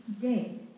day